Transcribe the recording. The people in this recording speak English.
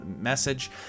message